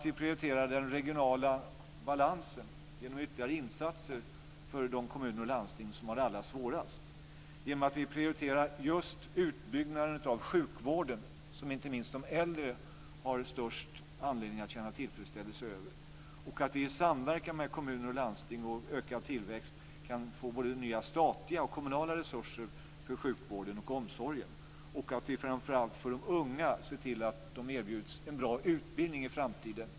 Vi prioriterar den regionala balansen genom ytterligare insatser för de kommuner och landsting som har det allra svårast. Vi prioriterar just utbyggnaden av sjukvården, som inte minst de äldre har störst anledning att känna tillfredsställelse över. I samverkan med kommuner och landsting och med en ökad tillväxt kan vi få både nya statliga och nya kommunala resurser för sjukvården och omsorgen. Framför allt ser vi till att de unga erbjuds en bra utbildning i framtiden.